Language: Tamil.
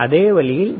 அதே வழியில் டி